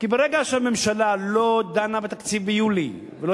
כי ברגע שהממשלה לא דנה ביולי בתקציב ולא